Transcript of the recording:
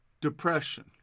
Depression